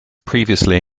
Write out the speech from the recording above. previously